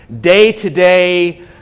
day-to-day